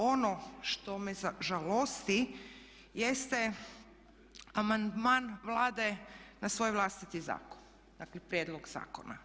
Ono što me žalosti jeste amandman Vlade na svoj vlastiti zakon, dakle prijedlog zakona.